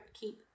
keep